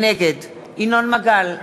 נגד ינון מגל,